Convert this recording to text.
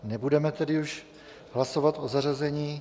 Nebudeme tedy už hlasovat o zařazení.